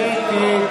שקט.